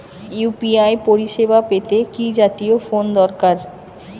UPI পরিসেবা পেতে কি জাতীয় ফোন দরকার?